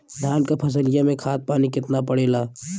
धान क फसलिया मे खाद पानी कितना पड़े ला?